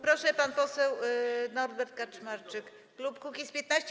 Proszę, pan poseł Norbert Kaczmarczyk, klub Kukiz’15.